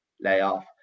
layoff